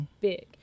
big